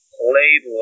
played